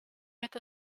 это